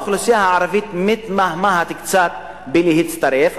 האוכלוסייה הערבית מתמהמהת קצת בהצטרפות,